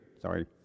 Sorry